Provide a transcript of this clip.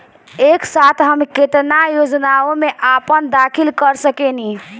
एक साथ हम केतना योजनाओ में अपना दाखिला कर सकेनी?